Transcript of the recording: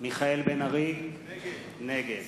מיכאל בן-ארי, נגד